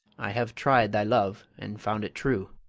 i have tried thy love, and found it true.